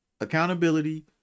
accountability